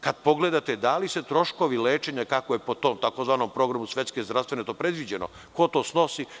Kada pogledate da li se troškovi lečenja, kako je to po tom tzv. programu svetske zdravstvene to predviđeno, ko to snosi?